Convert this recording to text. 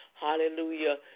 Hallelujah